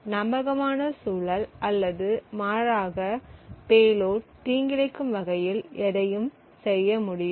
நம்பகமான சூழல் அல்லது மாற்றாக பேலோட் தீங்கிழைக்கும் வகையில் எதையும் செய்ய முடியும்